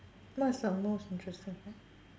what is the most interesting